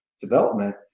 development